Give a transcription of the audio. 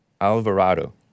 Alvarado